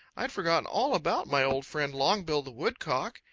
i had forgotten all about my old friend, longbill the woodcock.